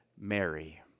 Mary